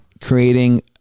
creating